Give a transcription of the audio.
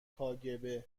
کاگب